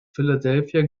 philadelphia